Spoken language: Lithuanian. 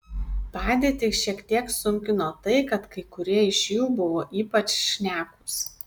padėtį šiek tiek sunkino tai kad kai kurie iš jų buvo ypač šnekūs